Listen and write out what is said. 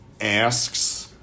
asks